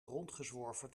rondgezworven